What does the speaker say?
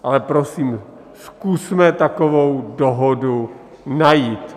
Ale prosím, zkusme takovou dohodu najít.